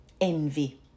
envy